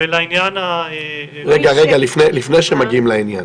לפני שמגיעים לעניין,